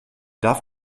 darf